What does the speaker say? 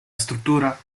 struttura